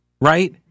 right